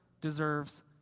deserves